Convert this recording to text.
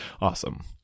awesome